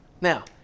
Now